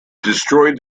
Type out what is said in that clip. destroyed